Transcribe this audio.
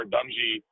Dungy